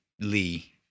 Lee